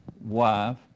wife